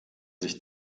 sich